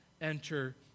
enter